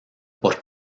por